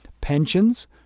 pensions